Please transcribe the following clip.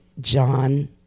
John